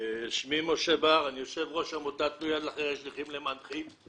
אני יושב-ראש עמותת תנו יד לחרש, נכים למען נכים.